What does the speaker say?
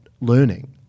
learning